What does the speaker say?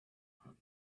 him